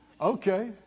Okay